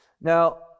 Now